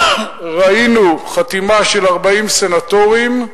ראינו חתימה של 40 סנטורים,